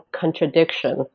contradiction